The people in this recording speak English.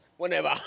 Whenever